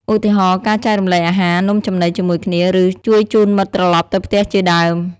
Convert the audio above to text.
ឧទាហរណ៍ ការចែករំលែកអាហារ នំចំណីជាមួយគ្នា ឬ ជួយជូនមិត្តត្រឡប់ទៅផ្ទះជាដើម។